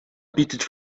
bietet